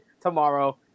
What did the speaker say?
tomorrow